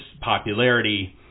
popularity